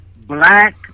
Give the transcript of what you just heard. black